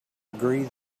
agree